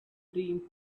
dream